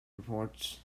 reports